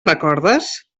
recordes